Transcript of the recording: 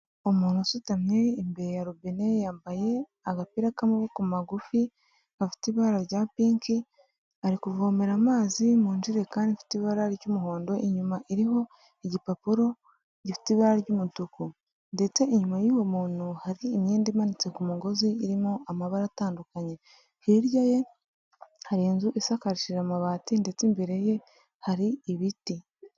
Umuntu usutamye imbere ya robine, yambaye agapira k'amaboko magufi gafite ibara rya pinki, ari kuvomera amazi mu ijerekani ifite ibara ry'umuhondo, inyuma iriho igipapuro gifite ibara ry'umutuku, ndetse inyuma y'uwo muntu hari imyenda imanitse ku mugozi irimo amabara atandukanye hirya ye hari inzu isakashije amabati ndetse imbere ye hari ibiti.